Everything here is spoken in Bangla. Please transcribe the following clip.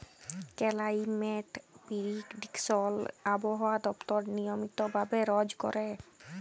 কেলাইমেট পেরিডিকশল আবহাওয়া দপ্তর নিয়মিত ভাবে রজ ক্যরে